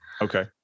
Okay